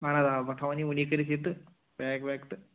اَہَن حظ آ بہٕ تھاوَن وُنی کٔرِتھ یہِ تہٕ پیک ویک تہٕ